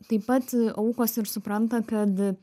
taip pat aukos ir supranta kad